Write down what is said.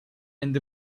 and